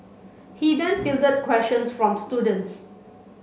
he then fielded questions from students